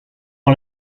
ont